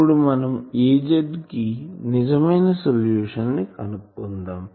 ఇప్పుడు మనం Az కి నిజమైన సొల్యూషన్ ని కనుక్కుందాం